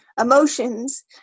emotions